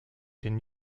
den